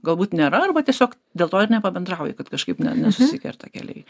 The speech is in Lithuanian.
galbūt nėra arba tiesiog dėl to ir nepabendrauji kad kažkaip ne nesusikerta keliai